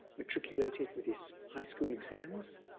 matriculated with his high school exams,